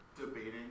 debating